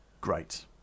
great